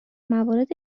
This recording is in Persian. موارد